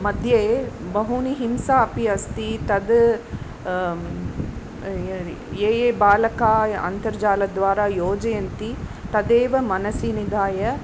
मध्ये बहूनि हिंसा अपि अस्ति तद् ये ये बालकाः अन्तर्जालद्वारा योजयन्ति तदेव मनसि निधाय